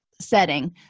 setting